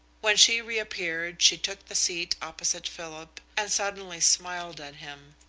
when she reappeared she took the seat opposite philip and suddenly smiled at him,